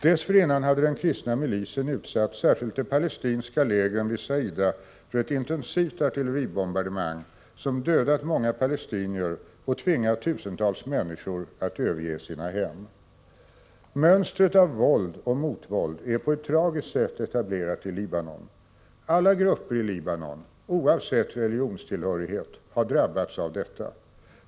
Dessförinnan hade den kristna milisen utsatt särskilt de palestinska lägren vid Saida för ett intensivt artilleribombardemang, som dödat många palestinier och tvingat tusentals människor att överge sina hem. Mönstret av våld och motvåld är på ett tragiskt sätt etablerat i Libanon. Alla grupper i Libanon, oavsett religionstillhörighet, har drabbats av detta.